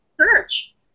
church